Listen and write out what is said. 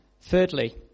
Thirdly